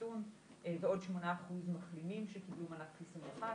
חיסון ועוד 8% מחלימים שקיבלו מנת חיסון אחת,